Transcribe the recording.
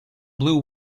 blue